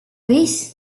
these